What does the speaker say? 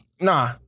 Nah